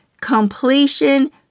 Completion